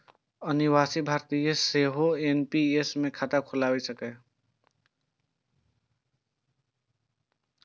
अनिवासी भारतीय सेहो एन.पी.एस मे खाता खोलाए सकैए